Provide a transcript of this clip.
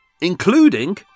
including